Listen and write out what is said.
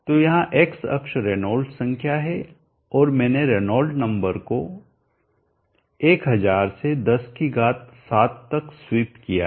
तो यहाँ एक्स अक्ष रेनॉल्ट संख्या है और मैंने रेनॉल्ट्स नंबर को 1000 से 10 की घात 7 तक स्वीप किया है